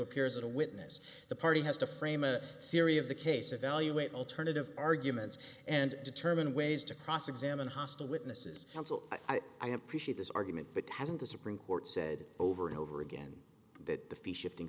appear as a witness the party has to frame a theory of the case evaluate alternative arguments and determine ways to cross examine hostile witnesses counsel i appreciate this argument but hasn't the supreme court said over and over again that the fee shifting